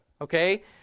Okay